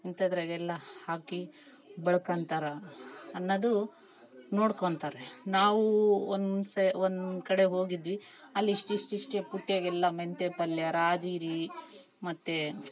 ಇಂಥಾದ್ರಗೆಲ್ಲಾ ಹಾಕಿ ಬೆಳ್ಕಾಂತರ ಅನ್ನೋದು ನೋಡ್ಕೊತಾರೆ ನಾವು ಒಂದು ಸಹ ಒಂದುಕಡೆ ಹೋಗಿದ್ವಿ ಅಲ್ಲಿ ಇಷ್ಟು ಇಷ್ಟು ಇಷ್ಟೇ ಪುಟ್ಯಾಗೆಲ್ಲ ಮೆಂತೆ ಪಲ್ಯ ರಾಜಿರೀ ಮತ್ತು